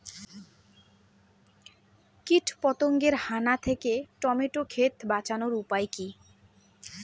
কীটপতঙ্গের হানা থেকে টমেটো ক্ষেত বাঁচানোর উপায় কি?